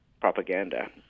propaganda